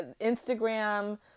Instagram